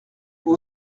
vous